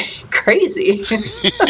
crazy